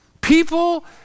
People